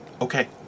okay